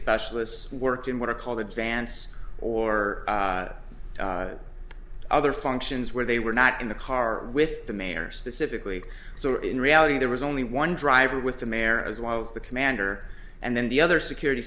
specialists worked in what are called advance or other functions where they were not in the car with the mayor specifically so in reality there was only one driver with the mayor as well as the commander and then the other security